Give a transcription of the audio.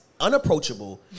unapproachable